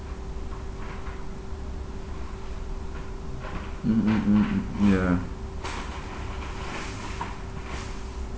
mm mm mm mm ya